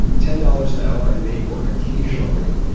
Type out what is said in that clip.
ten dollars an hour and may work occasionally,